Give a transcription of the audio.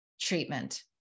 treatment